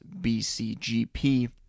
BCGP